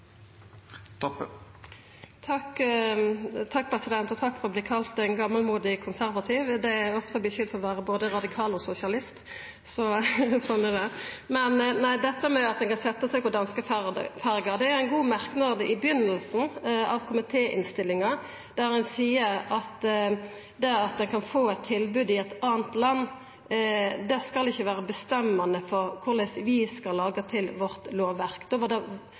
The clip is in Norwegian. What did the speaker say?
barn? Takk for at eg vert kalla ein gamalmodig konservativ. Eg vert ofte skulda for å vera både radikal og sosialist, så slik er det. Til dette med at ein kan setja seg på danskeferja: Det er ein god merknad i byrjinga av komitéinnstillinga, der ein seier at det at ein kan få eit tilbod i eit anna land, ikkje skal vera avgjerande for korleis vi skal laga til lovverket vårt. Då var det nesten ikkje vits i å ha ei bioteknologimelding og eit eige lovverk.